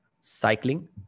cycling